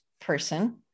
person